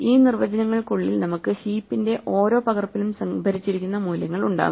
ഈ നിർവചനങ്ങൾക്കുള്ളിൽ നമുക്ക് ഹീപ്പിന്റെ ഓരോ പകർപ്പിലും സംഭരിച്ചിരിക്കുന്ന മൂല്യങ്ങൾ ഉണ്ടാകും